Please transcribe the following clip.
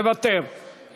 מוותר,